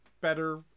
better